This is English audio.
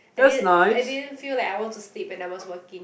I didn't I didn't feel like I want to sleep when I was working